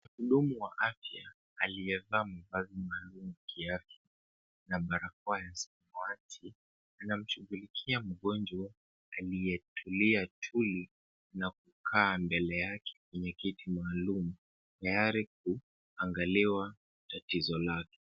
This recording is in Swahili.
Mhudumu wa afya, aliyevaa mavazi maalum ya kiafya na barakoa ya samawati, anamshughulikia mgonjwa aliyetulia tuli na kukaa mbele yake kwenye kiti maalum, tayari kuangaliwa tatizo lake.